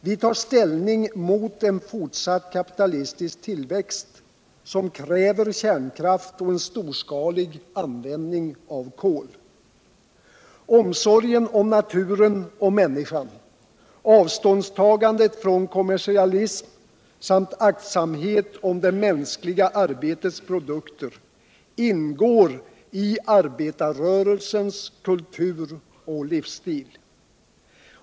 Vi tar ställning mot en fortsatt kapitalistisk tillväxt som kräver kärnkraft och en storskalig användning av kol. Omsorgen om naturen och miinniskan, avståndstagandet från kommersialism samt aktsamhet om det mänskliga arbetets produkter ingår i arbetarrörelsens kultur och livsstil.